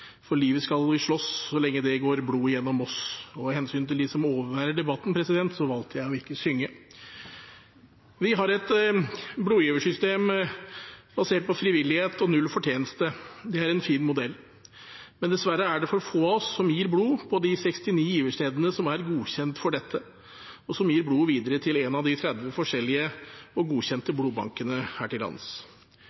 «For livet skal vi slåss, så lenge det går blod igjennom oss». Av hensyn til dem som overværer denne debatten, valgte jeg ikke å synge. Vi har et blodgiversystem basert på frivillighet og null fortjeneste, og det er en fin modell. Men dessverre er det for få av oss som gir blod på de 69 giverstedene som er godkjent for dette, og som gir blodet videre til en av de 30 forskjellige og godkjente